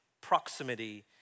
proximity